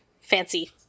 fancy